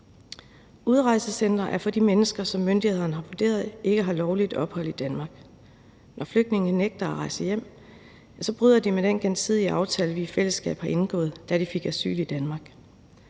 Udrejsecentre er for de mennesker, som myndighederne har vurderet ikke har lovligt ophold i Danmark. Når flygtninge nægter at rejse hjem, bryder de med den gensidige aftale, vi i fællesskab har indgået, da de fik asyl i Danmark.